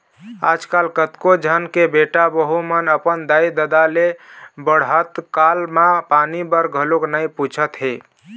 आजकल कतको झन के बेटा बहू मन अपन दाई ददा ल बुड़हत काल म पानी बर घलोक नइ पूछत हे